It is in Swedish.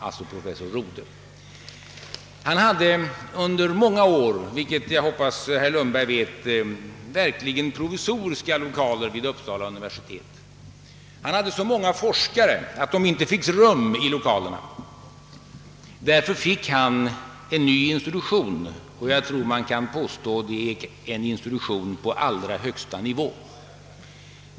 Han arbetade under många år -— vilket jag hoppas att herr Lundberg vet — i verkligt provisoriska lokaler vid Uppsala universitet, och han hade så många forskare hos sig att de inte fick rum i dessa lokaler. Därför erhöll han en ny institution, och jag tror jag kan påstå att det är en institution på allra högsta nivå.